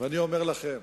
אני אומר לכם,